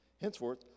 Henceforth